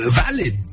valid